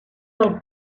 del